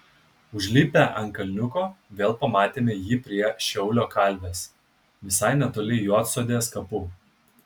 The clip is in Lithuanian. užlipę ant kalniuko vėl pamatėme jį prie šiaulio kalvės visai netoli juodsodės kapų